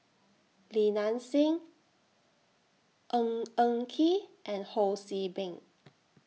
Li Nanxing Ng Eng Kee and Ho See Beng